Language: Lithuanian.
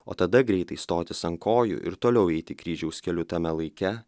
o tada greitai stotis ant kojų ir toliau eiti kryžiaus keliu tame laike